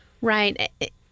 Right